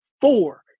four